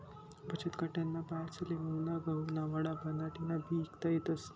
बचतगटन्या बायास्ले मुंगना गहुना वडा बनाडीन बी ईकता येतस